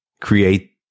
create